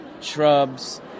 shrubs